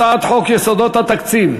הצעת חוק יסודות התקציב (תיקון,